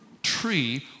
tree